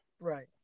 Right